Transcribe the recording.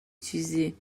چیزی